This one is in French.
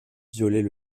viollet